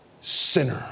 sinner